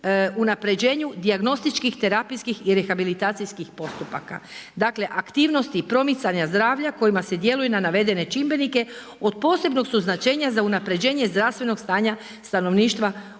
unapređenju dijagnostičkih terapijskih i rehabilitacijskih postupaka. Dakle, aktivnosti promicanja zdravlja kojima se djeluje na navedene čimbenike od posebnog su značenja za unapređenje zdravstvenog stanja stanovništva u našoj